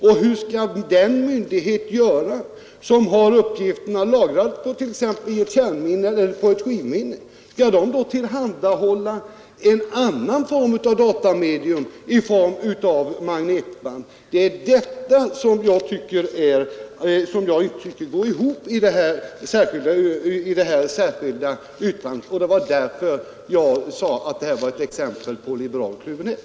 Och hur skall den myndighet göra som har uppgifterna lagrade i ett kärnminne eller ett skivminne? Skall den myndigheten tillhandahålla ett annat slags datamedier i form av magnetband? Det är detta som jag tycker inte går ihop i det särskilda yttrandet, och det var därför jag sade att det här var ett exempel på liberal kluvenhet.